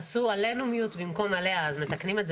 הנתונים האלה שמתקבלים מעבירים לרשות והיא קובעת את השומה.